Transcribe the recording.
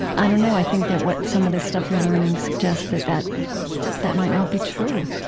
i don't know. i think that what some of this stuff you're learning suggests that that that might not be true